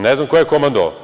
Ne znam ko je komandovao.